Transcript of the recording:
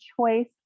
choice